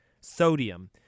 sodium